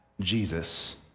Jesus